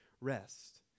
rest